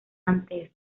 ante